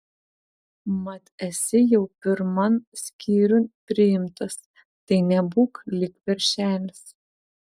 mat esi jau pirman skyriun priimtas tai nebūk lyg veršelis